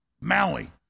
Maui